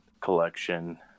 collection